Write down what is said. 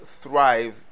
thrive